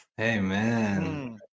Amen